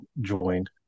joined